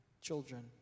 Children